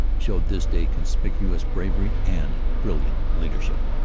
showed this day conspicuous bravery and brilliant leadership.